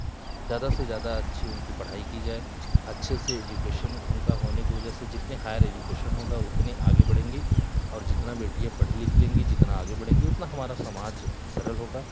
ज़्यादा से ज़्यादा अच्छी उनकी पढ़ाई की जाए अच्छे से एजुकेशन उनका होने की वजह से जितने हायर एजुकेशन होगा उतनी आगे बढ़ेंगी और जितना बेटियाँ पढ़ लिख लेंगी जितना आगे बढ़ेंगी उतना हमारा समाज सरल होगा